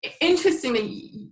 Interestingly